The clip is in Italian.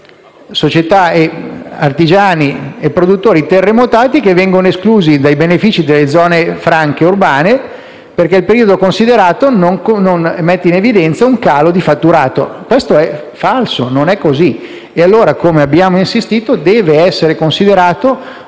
società, artigiani e produttori terremotati che vengono esclusi dai benefici delle zone franche urbane perché il periodo considerato non mette in evidenza un calo di fatturato. Questo è falso. Non è così. Abbiamo allora insistito perché sia considerato